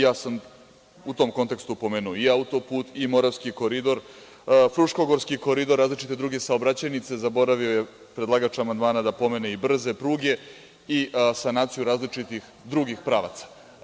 Ja sam u tom kontekstu pomenuo i auto-put i Moravski koridor, Fruškogorski koridor, različite druge saobraćajnice, zaboravio je predlagač amandmana da pomene i brze pruge i sanaciju različitih drugih pravaca.